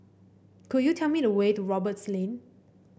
could you tell me the way to Roberts Lane